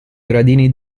gradini